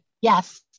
Yes